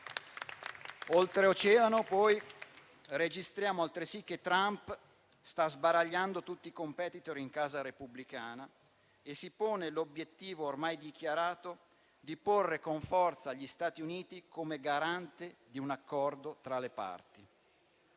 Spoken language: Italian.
Oltreoceano poi registriamo altresì che Trump sta sbaragliando tutti i *competitor* in casa repubblicana e si pone l'obiettivo, ormai dichiarato, di porre con forza gli Stati Uniti come garante di un accordo tra le parti.